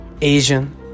Asian